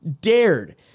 dared